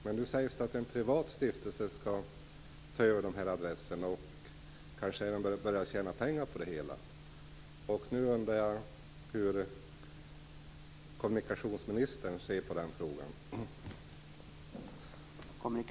Men nu sägs det att en privat stiftelse skall ta över adresserna och kanske även börja tjäna pengar på det hela.